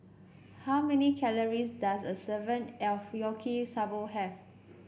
how many calories does a serving of Yaki Soba have